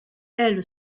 elle